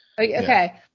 Okay